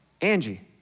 Angie